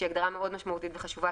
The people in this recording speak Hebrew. שהיא הגדרה מאוד משמעותית וחשובה,